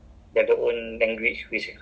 oh golang